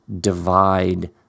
divide